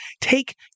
take